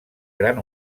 gran